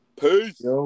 Peace